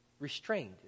Restrained